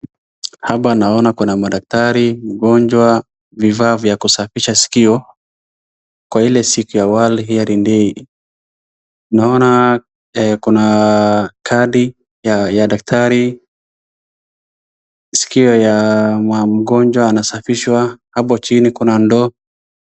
Hapa naona kuna madaktari, mgonjwa, vifaa vya kusafisha sikio kwa ile siku ya world earing day . Naona kuna kadi ya daktari, sikio ya mgonwa anasafishwa, hapo chini kuna ndoo.